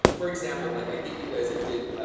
for example, like i gave you guys i did